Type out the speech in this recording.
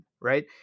right